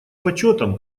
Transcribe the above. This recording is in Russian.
почетом